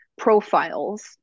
profiles